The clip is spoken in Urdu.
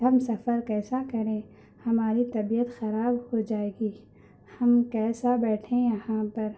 ہم سفر کیسا کریں ہماری طبیعت خراب ہو جائے گی ہم کیسا بیٹھیں یہاں پر